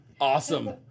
awesome